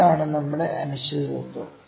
ഇതാണ് നമ്മുടെ അനിശ്ചിതത്വം